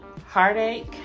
heartache